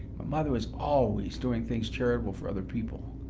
mother was always doing things charitable for other people,